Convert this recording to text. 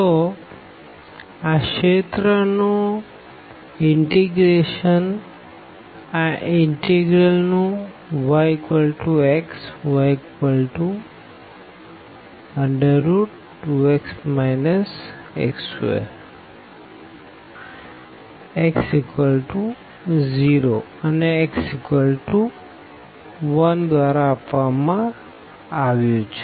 તો આ રીજિયન નું ઇનટીગ્રેશન આ ઇનટેગરલ નું yxy2x x2x0 અને x1 દ્વારા આપવામાં આવ્યુ છે